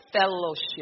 fellowship